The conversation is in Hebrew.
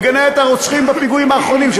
מגנה את הרוצחים בפיגועים האחרונים,